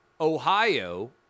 Ohio